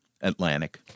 Atlantic